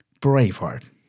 Braveheart